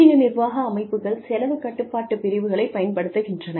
ஊதிய நிர்வாக அமைப்புகள் செலவுக் கட்டுப்பாட்டுப் பிரிவுகளைப் பயன்படுத்துகின்றன